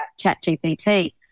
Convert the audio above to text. ChatGPT